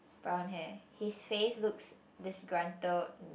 brown hair his face looks disgruntled